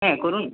হ্যাঁ করুন